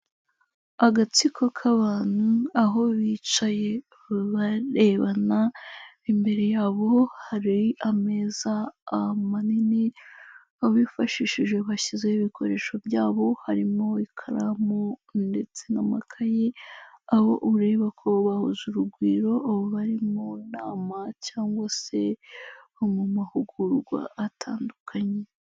Agatsiko k'abantu aho bicaye barebana, imbere yabo hari ameza manini abifashishije bashyizeho ibikoresho byabo harimo ikaramu ndetse n'amakayi, aho ureba ko bahuje urugwiro bari mu nama cyangwa se mu mahugurwa atandukanye.